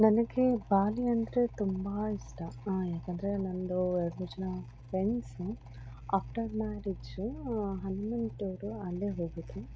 ನನಗೆ ಬಾಲಿ ಅಂದರೆ ತುಂಬ ಇಷ್ಟ ಯಾಕಂದರೆ ನನ್ನದು ಎರಡು ಮೂರು ಜನ friends after marriage honeymoon tour ಅಲ್ಲೇ ಹೋಗಿದ್ದರು